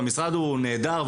והמשרד הוא נהדר,